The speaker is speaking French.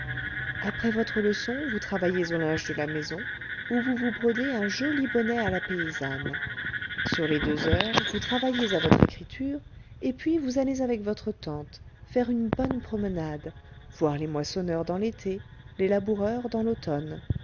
après votre leçon vous travaillez au linge de la maison ou vous vous brodez un joli bonnet à la paysanne sur les deux heures vous travaillez à votre écriture et puis vous allez avec votre tante faire une bonne promenade voir les moissonneurs dans l'été les laboureurs dans l'automne